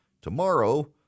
tomorrow